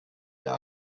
der